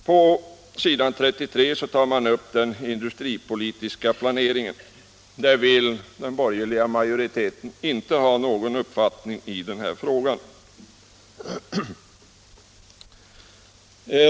På s. 33 tas den industripolitiska planeringen upp. Där vill den borgerliga majoriteten inte ha någon uppfattning i frågan.